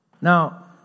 Now